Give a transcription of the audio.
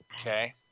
okay